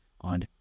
on